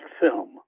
film